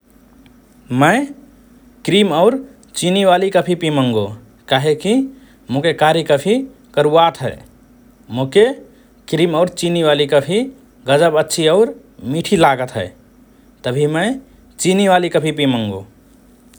मए क्रिम और चिनी वाली कफि पिमङ्गो काहेकि मोके कारि कफि करुवात हए । मोके क्रिम और चिनी वाली कफि गजब अच्छि और मिठि लागत हए । तभि मए चिनी वाली कफि पिमङ्गो ।